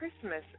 christmas